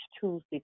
Tuesday